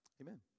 Amen